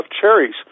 cherries